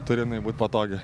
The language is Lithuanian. turi būt patogi